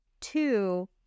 two